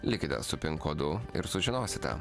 likite su pin kodu ir sužinosite